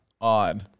on